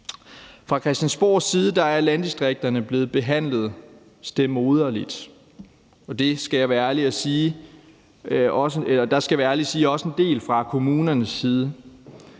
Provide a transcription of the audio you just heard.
Fra Christiansborgs side er landdistrikterne blevet behandlet stedmoderligt, og der skal jeg være ærlig at sige, at det også til